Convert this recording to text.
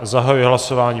Zahajuji hlasování.